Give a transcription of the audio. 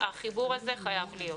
החיבור הזה חייב להיות.